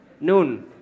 Noon